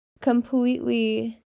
completely